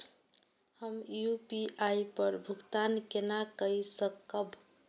हम यू.पी.आई पर भुगतान केना कई सकब?